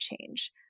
change